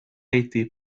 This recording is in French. été